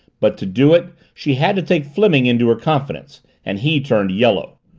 but to do it she had to take fleming into her confidence and he turned yellow.